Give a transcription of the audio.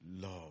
love